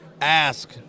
ask